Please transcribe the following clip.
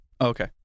Okay